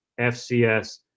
FCS